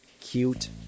cute